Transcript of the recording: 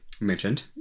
mentioned